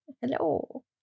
hello